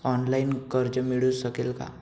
Online कर्ज मिळू शकेल का?